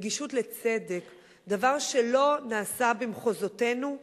נגישות לצדק, דבר שלא נעשה במחוזותינו בכלל,